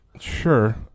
Sure